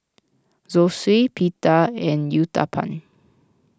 Zosui Pita and Uthapam